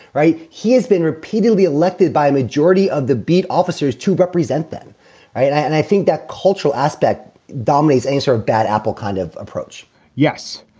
right. he has been repeatedly elected by a majority of the beat officers to represent them. and i think that cultural aspect dominates a sort of bad apple kind of approach yes.